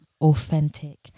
authentic